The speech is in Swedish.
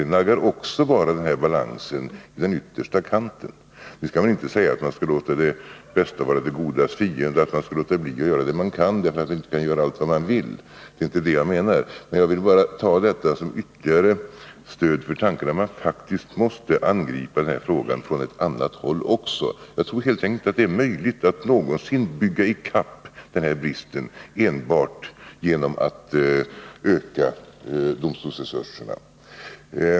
Dessutom skulle man bara nagga balansen i den yttersta kanten. Därmed inte sagt att man skall låta det bästa vara det godas fiende, att man skall låta bli att göra det man kan göra, därför att man inte kan göra allt vad man vill — det är som sagt inte det jag menar. Jag vill bara anföra detta som ytterligare stöd för tanken att man faktiskt måste angripa frågan också från ett annat håll. Jag tror inte att vi någonsin kan så att säga bygga ikapp den här bristen genom att enbart öka domstolsresurserna.